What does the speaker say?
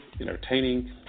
entertaining